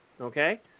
Okay